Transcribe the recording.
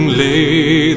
lay